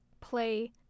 play